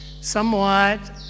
somewhat